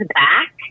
back